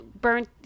burnt